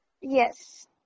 Yes